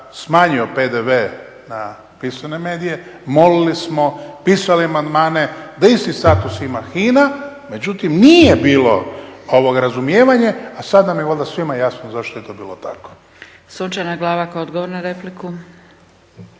smanjio PDV na pisane medije, molili smo, pisali amandmane da ima isti status HINA, međutim nije bilo razumijevanje a sada nam je valjda svima jasno zašto je to bilo tako. **Zgrebec, Dragica (SDP)** Sunčana Glavak, odgovor na repliku.